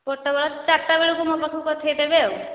ପୋଟଳ ଚାରିଟା ବେଳକୁ ମୋ ପାଖକୁ ପଠାଇଦେବେ ଆଉ